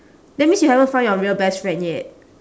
that means you haven't find your real best friend yet